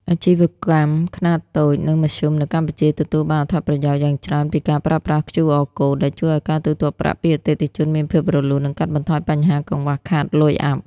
អាជីវកម្មខ្នាតតូច និងមធ្យមនៅកម្ពុជាទទួលបានអត្ថប្រយោជន៍យ៉ាងច្រើនពីការប្រើប្រាស់ (QR Code) ដែលជួយឱ្យការទូទាត់ប្រាក់ពីអតិថិជនមានភាពរលូន និងកាត់បន្ថយបញ្ហាកង្វះខាតលុយអាប់។